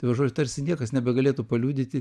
tai va žodžiu tarsi niekas nebegalėtų paliudyti